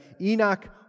Enoch